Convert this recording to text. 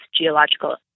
geological